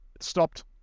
stopped